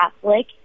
Catholic